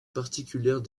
particulière